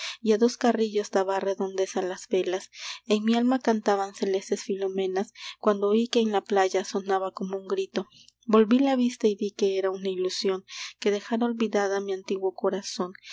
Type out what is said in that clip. a dos carrillos daba redondez a las velas en mi alma cantaban celestes filomelas cuando oí que en la playa sonaba como un grito volví la vista y vi que era una ilusión que dejara olvidada mi antiguo corazón